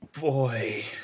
boy